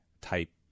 type